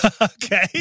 Okay